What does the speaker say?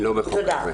תודה.